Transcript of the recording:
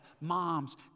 moms